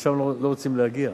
לשם לא רוצים להגיע.